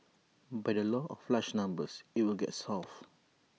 by the law of large numbers IT will get solved